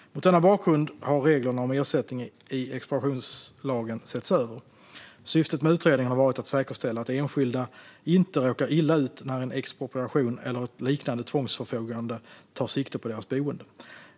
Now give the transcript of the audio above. Mot denna bakgrund har reglerna om ersättning i expropriationslagen setts över. Syftet med utredningen har varit att säkerställa att enskilda inte råkar illa ut när en expropriation eller ett liknande tvångsförfogande tar sikte på deras boende.